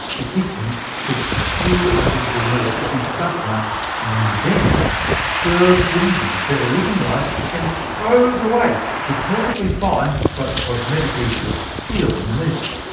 the kitchen cooks two identical meals for each customer and then serves them the better-looking one and throws away away the perfectly fine, but cosmetically less appealing, meal.